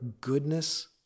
goodness